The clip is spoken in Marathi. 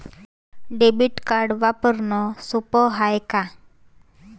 डेबिट कार्ड वापरणं सोप हाय का?